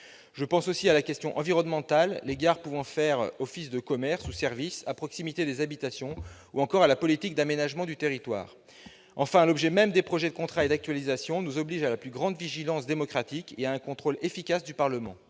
Je pense aussi à la question environnementale, ou encore, les gares pouvant faire office de commerces ou services à proximité des habitations, à la politique d'aménagement du territoire. Enfin, l'objet même des projets de contrat et d'actualisation nous oblige à la plus grande vigilance démocratique et à un contrôle efficace du Parlement.